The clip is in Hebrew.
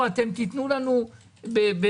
אתה לא יכול לומר: לא חישבתי.